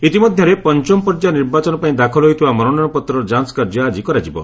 ଇତିମଧ୍ୟରେ ପଞ୍ଚମ ପର୍ଯ୍ୟାୟ ନିର୍ବାଚନ ପାଇଁ ଦାଖଲ ହୋଇଥିବା ମନୋନୟନପତ୍ରର ଯାଞ୍ଚ କାର୍ଯ୍ୟ ଆଜି କରାଯିବ